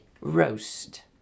roast